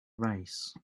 race